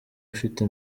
ufite